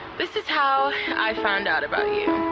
this is how i found out about you.